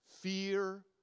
fear